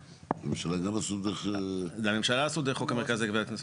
הממשלה עשו דרך חוק המרכז לגביית קנסות.